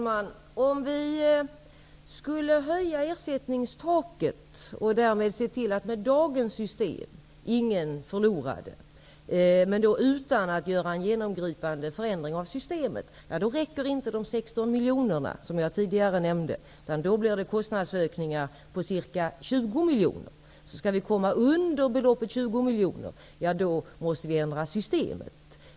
Fru talman! Om ersättningstaket skulle höjas så, att ingen med dagens system skulle förlora, utan att göra en genomgripande förändring av systemet, är det inte tillräckligt med de 16 miljonerna, som jag tidigare nämnde. Då ökas kostnaderna till ca 20 miljoner. Om man skall komma under beloppet 20 miljoner, måste alltså systemet ändras.